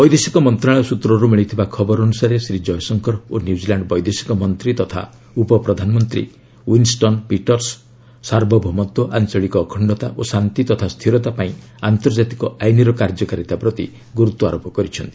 ବୈଦେଶିକ ମନ୍ତ୍ରଣାଳୟ ସୂତ୍ରରୁ ମିଳିଥିବା ଖବର ଅନୁସାରେ ଶ୍ରୀ ଜୟଶଙ୍କର ଓ ନ୍ୟୁଜିଲାଣ୍ଡ ବୈଦେଶିକ ମନ୍ତ୍ରୀ ତଥା ଉପପ୍ରଧାନମନ୍ତ୍ରୀ ୱିନ୍ଷ୍ଟନ୍ ପିଟର୍ସ ସାର୍ବଭୌମତ୍ୱ ଆଞ୍ଚଳିକ ଅଖଣ୍ଡତା ଓ ଶାନ୍ତି ତଥା ସ୍ଥିରତା ପାଇଁ ଆନ୍ତର୍ଜାତିକ ଆଇନର କାର୍ଯ୍ୟକାରିତା ପ୍ରତି ଗୁରୁତ୍ୱାରୋପ କରିଛନ୍ତି